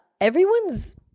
everyone's